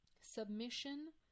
Submission